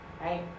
right